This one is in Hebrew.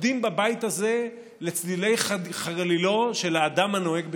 רוקדים בבית הזה לצלילי חלילו של האדם הנוהג בשיגעון,